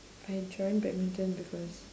I joined badminton because